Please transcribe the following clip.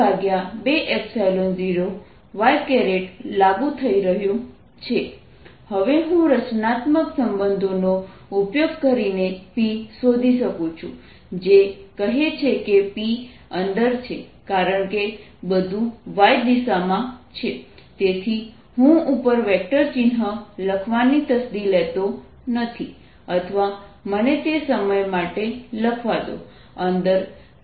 EE0yPPyE P20 P20y EE0y P20y Pe0Ee0E0 P20yPe0E0 eP2 P1e2e0E0 P2e2e0E0y હવે હું રચનાત્મક સંબંધો નો ઉપયોગ કરીને P શોધી શકું છું જે કહે છે કે P અંદર છે કારણ કે બધું y દિશામાં છે તેથી હું ઉપર વેક્ટર ચિહ્ન લખવાની તસ્દી લેતો નથી અથવા મને તે સમય માટે લખવા દો